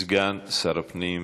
סגן שר הפנים,